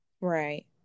Right